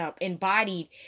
embodied